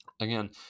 Again